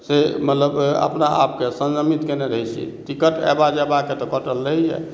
से मतलब अपना आपके संयमित कयने रहैत छी टिकट एबा जेबाक तऽ कटल रहैया